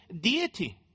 deity